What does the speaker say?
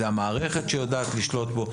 זה המערכת שיודעת לשלוט בו.